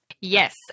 Yes